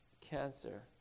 cancer